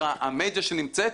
אנחנו נבדוק.